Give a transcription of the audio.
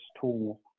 tool